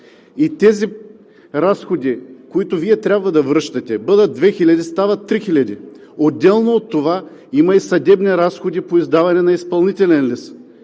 тези разходи, които Вие трябва да връщате, ще бъдат 2000, стават 3000. Отделно от това има и съдебни разходи по издаване на изпълнителен лист.